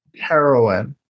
Heroin